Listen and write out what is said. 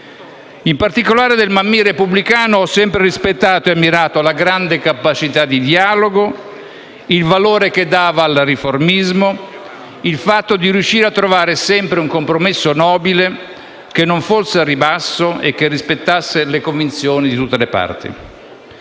In particolare, del Mammì repubblicano ho sempre rispettato e ammirato la grande capacità di dialogo, il valore che dava al riformismo, il fatto di riuscire a trovare sempre un compromesso nobile, che non fosse al ribasso e che rispettasse le convinzioni di tutte le parti.